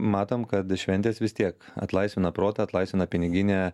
matom kad šventės vis tiek atlaisvina protą atlaisvina piniginę